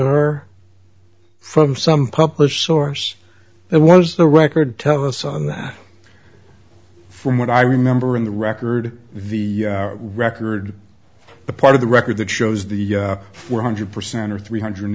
her from some published source and was the record tell us on that from what i remember in the record the record the part of the record that shows the four hundred percent or three hundred